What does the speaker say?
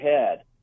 ahead